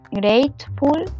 grateful